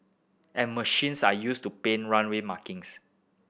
and machines are used to paint runway markings